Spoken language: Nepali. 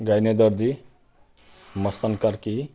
गाइने दर्जी मस्ताङ कार्की